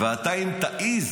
ואתה, אם תעז